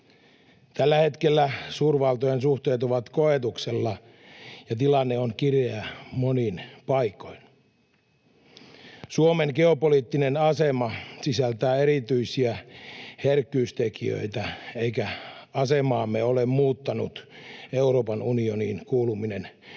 Tällä hetkellä suurvaltojen suhteet ovat koetuksella ja tilanne on kireä monin paikoin. Suomen geopoliittinen asema sisältää erityisiä herkkyystekijöitä, eikä asemaamme ole muuttanut Euroopan unioniin kuuluminen,